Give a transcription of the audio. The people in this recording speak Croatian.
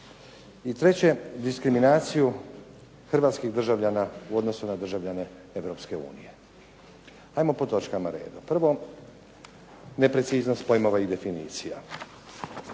I treće, diskriminaciju hrvatskih državljana u odnosu na državljane Europske unije. Ajmo po točkama redom. Prvo, nepreciznost pojmova i definicija.